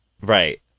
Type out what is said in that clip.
right